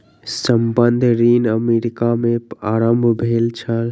संबंद्ध ऋण अमेरिका में आरम्भ भेल छल